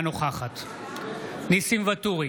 אינה נוכחת ניסים ואטורי,